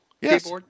Yes